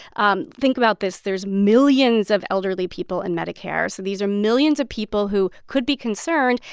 um think about this. there's millions of elderly people in medicare. so these are millions of people who could be concerned.